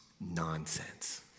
Nonsense